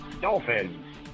Dolphins